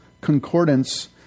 concordance